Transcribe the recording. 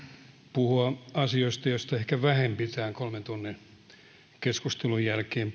puhua asioista joista ehkä vähempi tämän kolmen tunnin keskustelun jälkeen